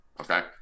okay